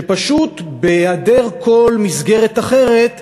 שבהיעדר כל מסגרת אחרת,